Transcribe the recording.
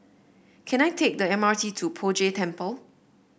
can I take the M R T to Poh Jay Temple